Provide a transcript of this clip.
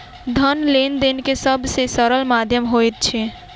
धन लेन देन के सब से सरल माध्यम होइत अछि